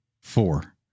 Four